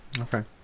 Okay